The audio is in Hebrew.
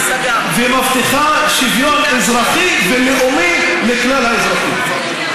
ומבטיחה שוויון אזרחי ולאומי לכלל האזרחים.